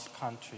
country